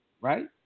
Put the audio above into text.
right